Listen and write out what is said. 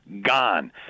gone